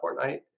Fortnite